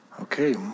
Okay